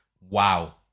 Wow